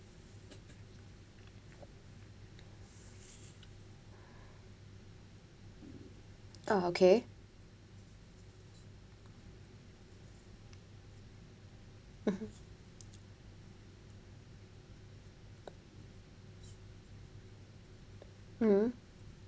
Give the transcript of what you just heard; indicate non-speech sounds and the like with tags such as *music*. ah okay *noise* mm